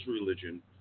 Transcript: religion